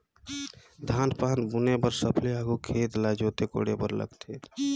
धान पान बुने बर सबले आघु खेत ल जोते कोड़े बर लगथे